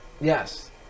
Yes